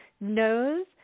knows